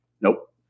Nope